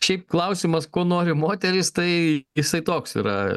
šiaip klausimas ko nori moterys tai jisai toks yra